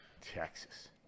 Texas